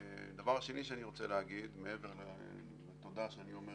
דבר שני שאני רוצה להגיד, מעבר לתודה שאני אומר